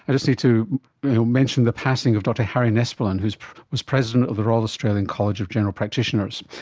i just need to mention the passing of dr harry nespolon who was president of the royal australian college of general practitioners.